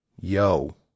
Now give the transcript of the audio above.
Yo